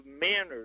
manners